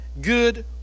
good